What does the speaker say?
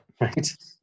right